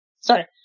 Sorry